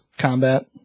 combat